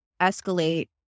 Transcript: escalate